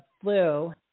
flu